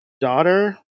daughter